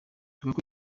lukaku